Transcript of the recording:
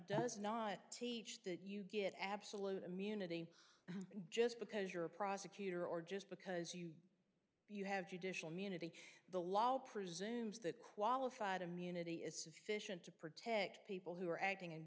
does not teach that you get absolute immunity just because you're a prosecutor or just because you you have judicial munity the law presumes that qualified immunity is sufficient to protect people who are acting